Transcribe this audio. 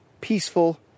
peaceful